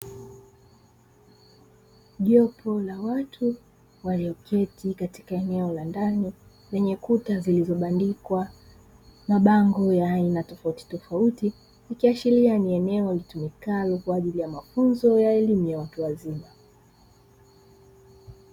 Jopo la watu walioketi katika eneo la ndani lenye kuta zilizobandikwa mabango ya aina tofautitofauti ikiashiria ni eneo litumikalo kwa ajili ya mafunzo ya elimu ya watu wazima.